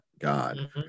God